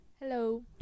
Hello